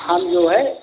हम जो है